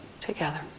together